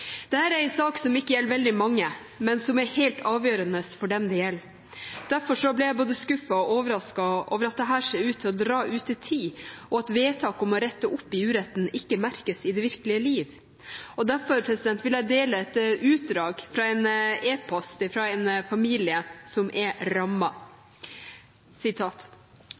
er en sak som ikke gjelder veldig mange, men som er helt avgjørende for dem det gjelder. Derfor ble jeg både skuffet og overrasket over at dette ser ut til å dra ut i tid, og at vedtak om å rette opp i uretten ikke merkes i det virkelige liv. Derfor vil jeg dele et utdrag fra en e-post fra en familie som er